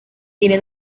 tiene